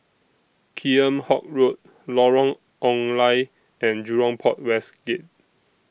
Kheam Hock Road Lorong Ong Lye and Jurong Port West Gate